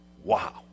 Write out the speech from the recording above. Wow